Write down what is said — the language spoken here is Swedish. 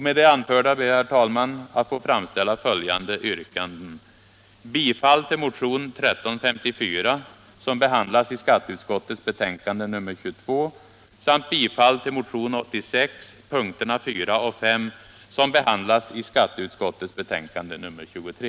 Med det anförda ber jag att få yrka bifall till motionen 1354, som behandlas i skatteutskottets betänkande nr 22, samt till motionen 86 punkterna 4 och 5, som behandlas i skatteutskottets betänkande nr 23.